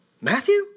Matthew